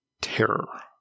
terror